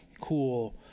cool